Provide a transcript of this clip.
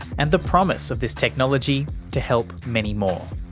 and the promise of this technology to help many more.